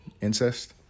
Incest